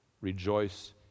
rejoice